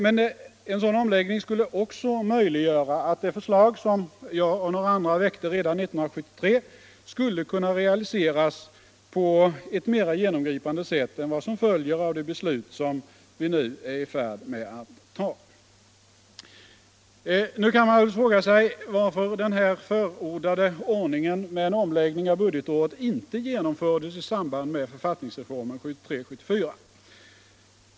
Men en sådan omläggning skulle också möjliggöra att det förslag som jag och några andra väckte redan 1973 skulle kunna realiseras på ett mer genomgripande sätt än vad som följer av det beslut som vi nu är i färd med att fatta. Nu kan man fråga sig varför den här förordade ordningen med en omläggning av budgetåret inte genomfördes i samband med författningsreformen 1973/74.